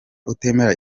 utemera